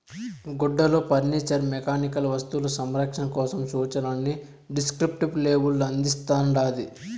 గుడ్డలు furniture mechanical వస్తువులు సంరక్షణ కోసం సూచనలని డిస్క్రిప్టివ్ లేబుల్ అందిస్తాండాది